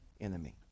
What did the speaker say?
enemy